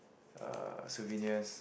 uh souvenirs